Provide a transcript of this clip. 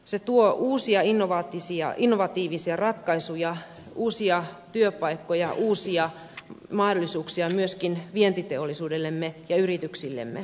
se tuo uusia innovatiivisia ratkaisuja uusia työpaikkoja uusia mahdollisuuksia myöskin vientiteollisuudellemme ja yrityksillemme